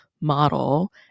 model